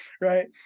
Right